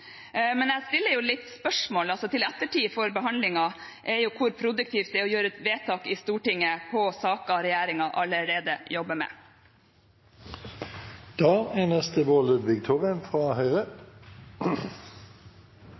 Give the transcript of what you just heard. Men jeg stiller et lite spørsmål til ettertiden ved behandlingen, om hvor produktivt det er å gjøre et vedtak i Stortinget på saker regjeringen allerede jobber